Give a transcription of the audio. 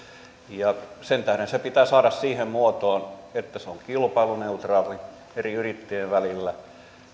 sen tähden se pitää saada siihen muotoon että se on kilpailuneutraali eri yrittäjien välillä